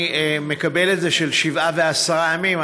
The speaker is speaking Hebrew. אני מקבל את זה, שבעה ועשרה ימים.